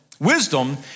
wisdom